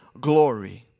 glory